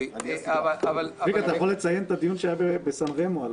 מיקי, אתה יכול לציין את הדיון שהיה בסן רמו...